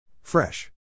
Fresh